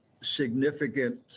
significant